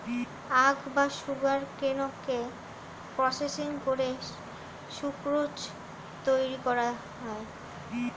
আখ বা সুগারকেনকে প্রসেসিং করে সুক্রোজ তৈরি করা হয়